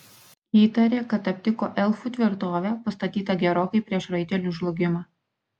įtarė kad aptiko elfų tvirtovę pastatytą gerokai prieš raitelių žlugimą